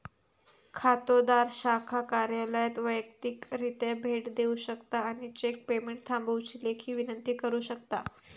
खातोदार शाखा कार्यालयात वैयक्तिकरित्या भेट देऊ शकता आणि चेक पेमेंट थांबवुची लेखी विनंती करू शकता